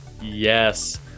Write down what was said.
Yes